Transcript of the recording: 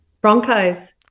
Broncos